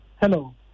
Hello